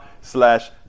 slash